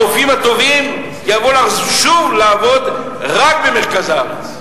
הרופאים הטובים יבואו שוב לעבוד רק במרכז הארץ,